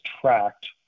tracked